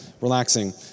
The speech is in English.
relaxing